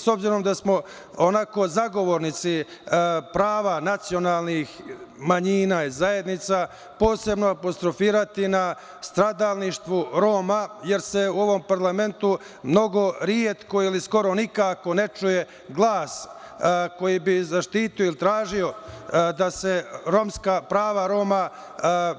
S obzirom da smo zagovornici prava nacionalnih manjina i zajednica, posebno apostrofirati na stradalništvu Roma, jer se u ovom parlamentu mnogo retko ili skoro nikako ne čuje glas koji bi zaštitio ili tražio da se prava Roma